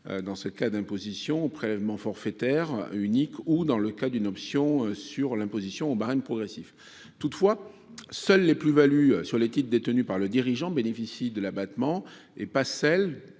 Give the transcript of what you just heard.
tant en cas d’imposition au prélèvement forfaitaire unique (PFU) qu’en cas d’imposition au barème progressif. Toutefois, seules les plus values sur les titres détenus par le dirigeant bénéficient de l’abattement. Les plus values